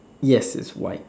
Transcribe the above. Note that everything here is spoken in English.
yes it's white